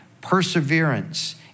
Perseverance